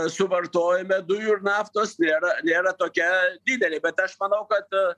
suvartojime dujų ir naftos nėra nėra tokia didelė bet aš manau kad